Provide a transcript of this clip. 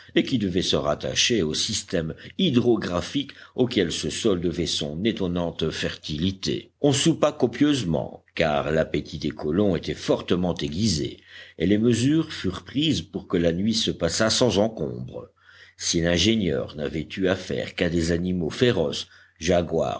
et qui devait se rattacher au système hydrographique auquel ce sol devait son étonnante fertilité on soupa copieusement car l'appétit des colons était fortement aiguisé et les mesures furent prises pour que la nuit se passât sans encombre si l'ingénieur n'avait eu affaire qu'à des animaux féroces jaguars